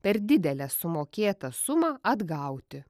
per didelę sumokėtą sumą atgauti